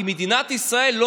כי מדינת ישראל לא